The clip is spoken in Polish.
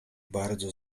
bardzo